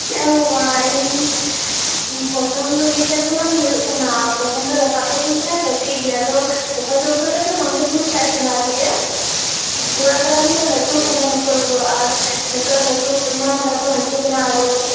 ᱪᱮᱫᱦᱚᱸ ᱵᱟᱝ ᱤᱧ ᱯᱚᱨᱛᱷᱚᱢ ᱫᱚ ᱢᱤᱫ ᱪᱟᱸᱫᱳ ᱜᱟᱱ ᱦᱩᱭᱩᱜ ᱠᱟᱱᱟ ᱯᱨᱚᱛᱷᱚᱢ ᱫᱚ ᱨᱟᱠᱟᱵ ᱟᱠᱟᱫᱤᱧ ᱛᱟᱦᱮᱱᱟ ᱠᱟ ᱴᱤᱡ ᱜᱮ ᱟᱫᱚ ᱛᱚᱠᱷᱚᱱ ᱫᱚ ᱩᱱᱟ ᱜ ᱴᱟᱜᱼᱫᱚ ᱵᱟᱝᱼᱤᱧ ᱵᱩᱡ ᱟᱠᱟᱫ ᱛᱟᱦᱮᱱᱟ ᱫᱤᱭᱮ ᱛᱷᱳᱲᱟ ᱛᱷᱳᱲᱟ ᱠᱟᱛᱮ ᱞᱟ ᱴᱩᱜ ᱠᱟᱱᱟ ᱱᱤᱛᱚᱜ ᱫᱚ ᱟᱨ ᱱᱤᱛᱚᱜ ᱞᱟ ᱴᱩᱜ ᱠᱟᱱᱟ ᱛᱟᱯᱚᱨᱮ ᱦᱟ ᱥᱩ ᱠᱟᱱᱟ ᱟᱨᱦᱚᱸ